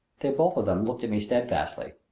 they both of them looked at me steadfastly.